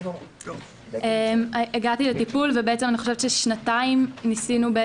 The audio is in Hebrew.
הגעתי לטיפול ובמשך שנתיים ניסינו.